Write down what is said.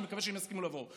אני מקווה שהם יסכימו לבוא.